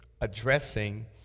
addressing